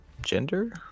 gender